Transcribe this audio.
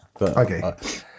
Okay